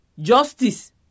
Justice